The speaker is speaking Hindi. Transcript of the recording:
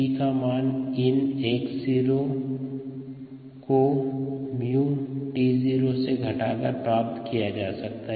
c का मान ln का x0 को 𝜇 𝑡0 से घटाकर प्राप्त किया जा सकता है